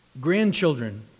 Grandchildren